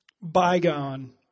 bygone